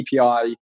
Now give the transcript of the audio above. API